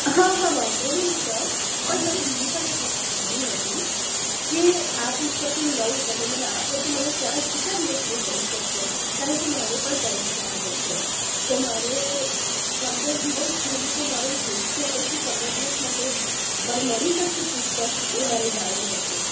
હા હા વાંધો નહીં સર પણ મારે બીજી પણ એક વસ્તુ જાણવી હતી કે આ પુસ્તકો લઉં તો તમે મને આપો તો કયા કેટલા દિવસ સુધી મળી શકશે કારણકે મારે પણ પરીક્ષા આવે છે તો મારે પંદર દિવસ જેવું તો મારે જોઈશે તો શું પંદર દિવસ માટે મને મળી શકશે પુસ્તક એ મારે જાણવું હતું